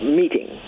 meeting